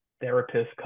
therapist